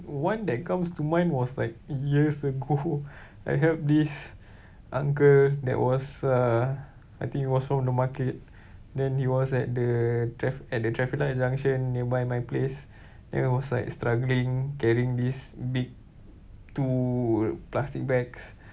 one that comes to mind was like years ago I helped this uncle that was uh I think he was from the market then he was at the traf~ at the traffic light junction nearby my place then he was like struggling carrying these big two plastic bags